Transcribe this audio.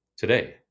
today